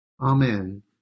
Amen